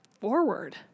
forward